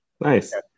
Nice